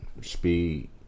speed